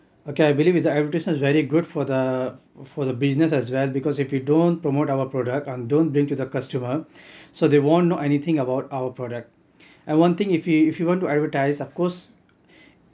okay I believe advertisement is very good for the for the business as well because if you don't promote our product and don't bring to the customer so they won't know anything about our product and one thing if you if you want to advertise of course